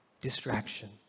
distraction